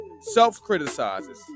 self-criticizes